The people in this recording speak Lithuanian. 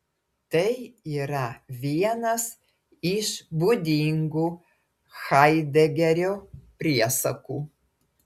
tai yra vienas iš būdingų haidegerio priesakų